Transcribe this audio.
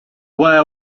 wear